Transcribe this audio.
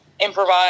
improvise